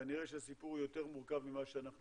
כנראה שהסיפור יהיה יותר מורכב ממה שאנחנו